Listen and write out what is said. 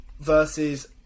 versus